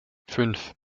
fünf